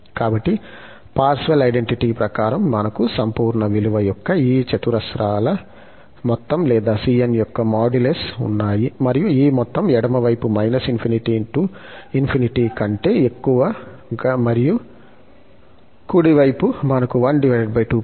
కాబట్టి Parseval identity ప్రకారం మనకు సంపూర్ణ విలువ యొక్క ఈ చతురస్రాల మొత్తం లేదా cn యొక్క మాడ్యులస్ ఉన్నాయి మరియు ఈ మొత్తం ఎడమ వైపు −∞ నుండి ∞ కంటే ఎక్కువ మరియు కుడి వైపున మనకు ఉంది